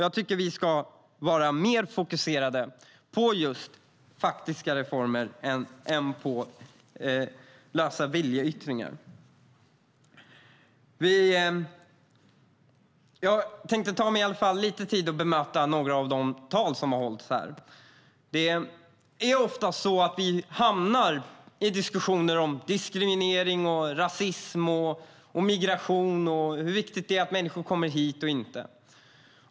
Jag tycker att vi ska vara mer fokuserade på faktiska reformer än på lösa viljeyttringar. Jag tänkte ta mig lite tid att bemöta några av de anföranden som hållits här. Ofta hamnar vi i diskussioner om diskriminering, rasism, migration och hur viktigt det är att människor kommer hit eller inte.